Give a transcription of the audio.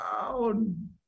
down